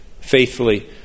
faithfully